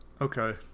Okay